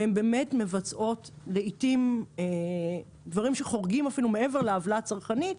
והן באמת מבצעות לעתים דברים שחורגים אפילו מעבר לעוולה הצרכנית.